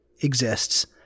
exists